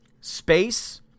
space